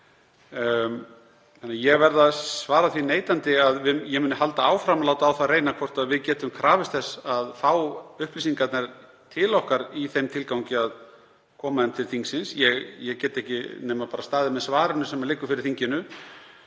stangist á. Ég verð að svara því neitandi að ég muni halda áfram að láta á það reyna hvort við getum krafist þess að fá upplýsingarnar til okkar í þeim tilgangi að koma þeim til þingsins. Ég get ekki nema bara staðið með svarinu sem liggur fyrir þinginu.